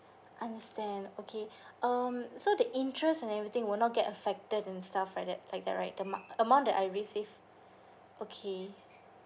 understand okay um so the interest and everything will not get affected and stuff like that like that right the ma~ amount that I already saved okay